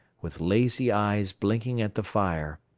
with lazy eyes blinking at the fire,